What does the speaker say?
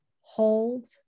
Hold